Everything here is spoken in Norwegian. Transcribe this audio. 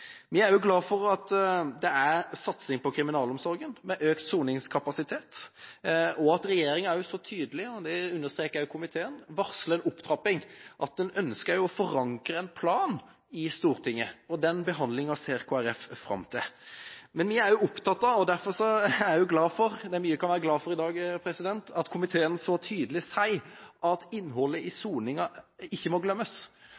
Vi er også glad for at det er en satsing på kriminalomsorgen, med økt soningskapasitet, og at regjeringa så tydelig – det understreker også komiteen – varsler en opptrapping, at en ønsker å forankre en plan i Stortinget. Den behandlinga ser Kristelig Folkeparti fram til. Men jeg er opptatt av og derfor også glad for – det er mye vi kan være glad for i dag – at komiteen så tydelig sier at innholdet i soninga ikke må glemmes,